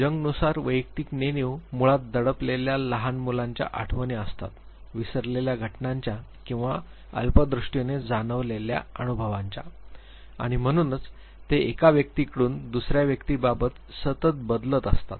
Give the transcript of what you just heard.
जंग नुसार वैयक्तिक नेणीव मुळात दडलेल्या लहान मुलांच्या आठवणी असतात विसरलेल्या घटनांच्या किंवा अल्पदृष्टीने जाणवलेल्या अनुभवांच्या आणि म्हणूनच ते एका व्यक्तीकडून दुसर्या व्यक्तीबाबत सतत बदलत असतात